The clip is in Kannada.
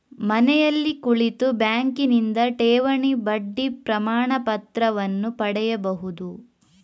ಮನೆಯಲ್ಲಿ ಕುಳಿತು ಬ್ಯಾಂಕಿನಿಂದ ಠೇವಣಿ ಬಡ್ಡಿ ಪ್ರಮಾಣಪತ್ರವನ್ನು ಪಡೆಯಬಹುದು